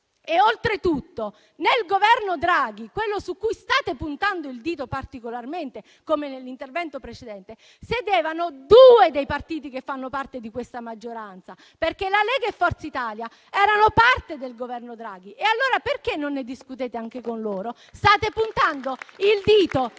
Oltretutto, nel Governo Draghi, quello contro cui state puntando particolarmente il dito, come nell'intervento precedente, sedevano due dei partiti che fanno parte di questa maggioranza. La Lega e Forza Italia erano parte del Governo Draghi e allora perché non ne discutete anche con loro? State puntando il dito